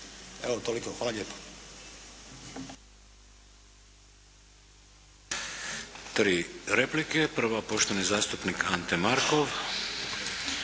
Evo toliko. Hvala lijepa.